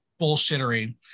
bullshittery